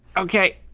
okay.